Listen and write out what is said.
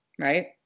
right